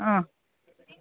ಹಾಂ